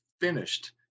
finished